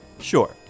Sure